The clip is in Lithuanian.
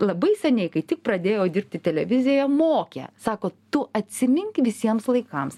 labai seniai kai tik pradėjau dirbti televizijoje mokė sako tu atsimink visiems laikams